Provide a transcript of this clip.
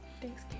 Thanks